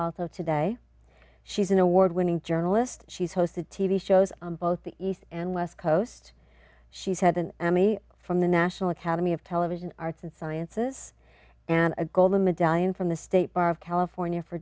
alto today she's an award winning journalist she's hosted t v shows on both the east and west coast she said an emmy from the national academy of television arts and sciences and a golden medallion from the state of california for